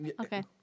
Okay